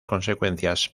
consecuencias